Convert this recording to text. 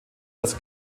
das